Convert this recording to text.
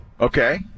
Okay